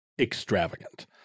extravagant